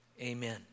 amen